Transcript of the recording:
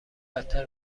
بدتر